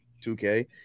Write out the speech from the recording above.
2K